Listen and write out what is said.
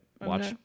watch